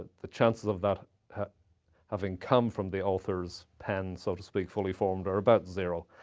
the chances of that having come from the author's pen, so to speak, fully-formed are about zero.